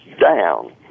down